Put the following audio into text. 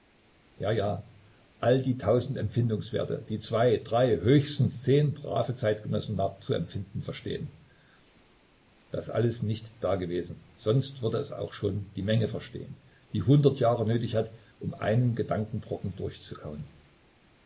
ja ja all die tausend empfindungswerte die zwei drei höchstens zehn brave zeitgenossen nachzuempfinden verstehen das alles nicht dagewesen sonst würde es auch schon die menge verstehen die hundert jahre nötig hat um einen gedankenbrocken durchzukauen